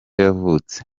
yavutse